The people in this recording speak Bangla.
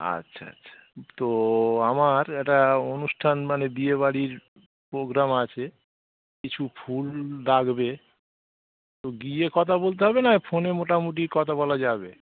আচ্ছা আচ্ছা তো আমার একটা অনুষ্ঠান মানে বিয়েবড়ির প্রোগ্রাম আছে কিছু ফুল লাগবে তো গিয়ে কথা বলতে হবে না ফোনে মোটামুটি কথা বলা যাবে